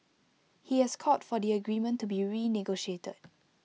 he has called for the agreement to be renegotiated